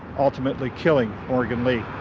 ultimately killing morgan lee.